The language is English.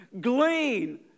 glean